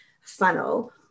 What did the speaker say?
funnel